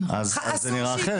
אז זה נראה אחרת.